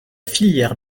filière